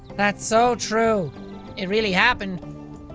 that's so true it really happened.